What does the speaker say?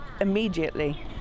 immediately